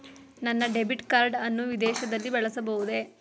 ನನ್ನ debit card ಅನ್ನು ವಿದೇಶದಲ್ಲಿ ಬಳಸಬಹುದೇ?